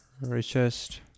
richest